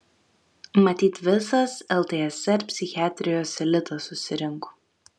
matyt visas ltsr psichiatrijos elitas susirinko